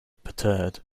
perturbed